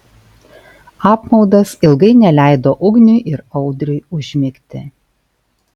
apmaudas ilgai neleido ugniui ir audriui užmigti